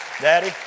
daddy